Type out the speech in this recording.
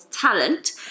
talent